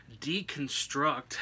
deconstruct